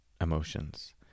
emotions